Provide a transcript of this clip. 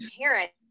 parents